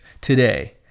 today